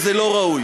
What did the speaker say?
שזה לא ראוי.